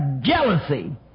jealousy